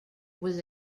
was